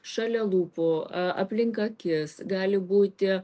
šalia lūpų aplink akis gali būti